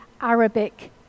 Arabic